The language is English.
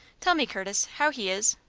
tell me, curtis, how he is.